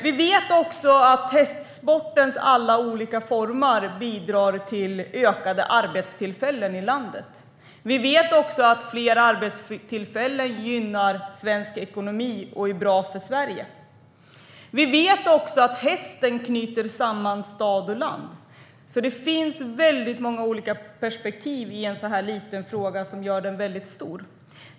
Vi vet att hästsportens alla olika former bidrar till ökade arbetstillfällen i landet. Vi vet att fler arbetstillfällen gynnar svensk ekonomi och är bra för Sverige. Vi vet också att hästen knyter samman stad och land. Det finns alltså många olika perspektiv på en så liten fråga, vilket gör den mycket stor.